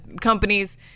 companies